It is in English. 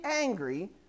angry